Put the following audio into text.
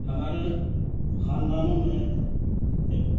ہمارے خاندانوں میں ایک